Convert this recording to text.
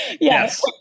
Yes